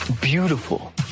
beautiful